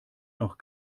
noch